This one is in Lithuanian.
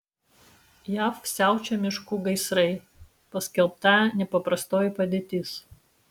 jav siaučia miškų gaisrai paskelbta nepaprastoji padėtis